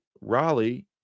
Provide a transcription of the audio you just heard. Raleigh